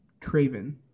Traven